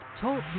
Talk